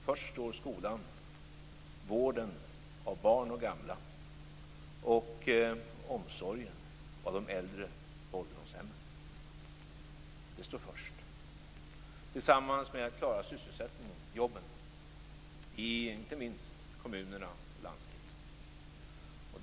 Först står skolan, vården av barn och gamla och omsorgen om de äldre på ålderdomshemmen. Det står först tillsammans med att klara syssselsättningen, jobben, i inte minst kommunerna och landstingen.